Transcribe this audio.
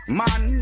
man